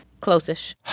Close-ish